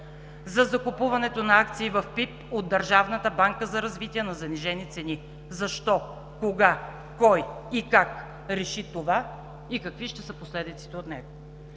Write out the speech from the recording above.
за закупуването на акции в ПИБ от Държавната банка за развитие на занижени цени. Защо, кога, кой и как реши това и какви ще са последиците от него?